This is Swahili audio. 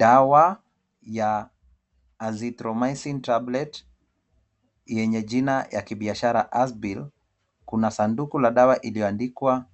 Dawa ya azithromycin tablet, yenye jina ya kibiashara Asbel kuna sanduku la dawa iliyoandikwa